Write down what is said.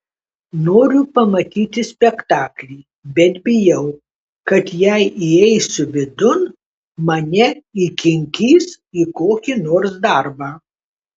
noriu pamatyti spektaklį bet bijau kad jei įeisiu vidun mane įkinkys į kokį nors darbą